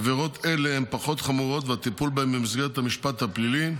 עבירות אלה הן פחות חמורות והטיפול בהן במסגרת המשפט הפלילי,